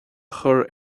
chur